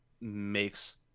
makes